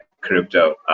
crypto